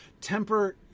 temper